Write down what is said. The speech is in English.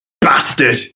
bastard